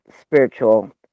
spiritual